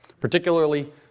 particularly